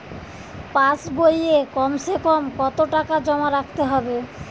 পাশ বইয়ে কমসেকম কত টাকা জমা রাখতে হবে?